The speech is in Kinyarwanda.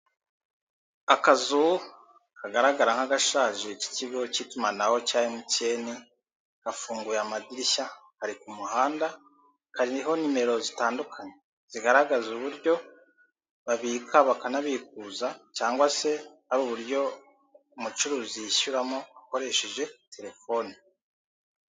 Akazu kagaragara nk'agashaje, k'ikigo cy'itumanaho cya emutiyeni, gafunguye amadirishya, hari ku kumuhanda, kariho nimero zitandukanye, zigaragaza uburyo babika, bakanabikuza, cyangwa se ari uburyo umucuruzi yishyuramo akoresheje telefoni.